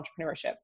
entrepreneurship